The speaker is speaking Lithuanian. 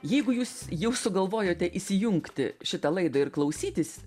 jeigu jūs jau sugalvojote įsijungti šitą laidą ir klausytis